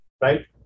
Right